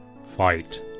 fight